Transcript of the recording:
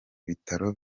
bitaro